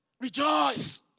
Rejoice